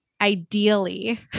ideally